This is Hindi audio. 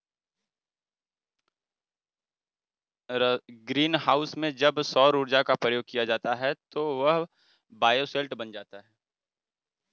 ग्रीन हाउस में जब सौर ऊर्जा का प्रयोग किया जाता है तो वह बायोशेल्टर बन जाता है